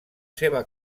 seva